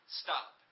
stop